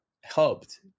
helped